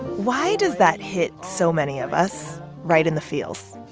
why does that hit so many of us right in the feels?